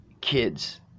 kids